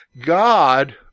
God